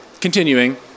continuing